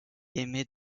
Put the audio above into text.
émet